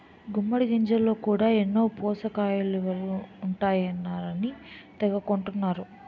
గుమ్మిడి గింజల్లో కూడా ఎన్నో పోసకయిలువలు ఉంటాయన్నారని తెగ కొంటన్నరు